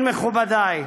כן, מכובדיי,